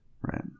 Right